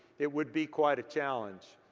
it would be quite a challenge.